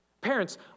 Parents